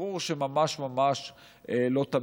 ברור שממש ממש לא תמיד.